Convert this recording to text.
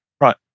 Right